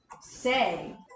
say